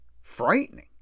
frightening